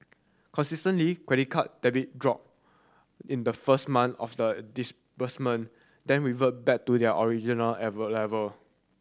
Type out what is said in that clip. consistently credit card debt dropped in the first months of the disbursement then reverted back to the original level